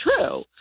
true